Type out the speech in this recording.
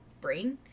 brain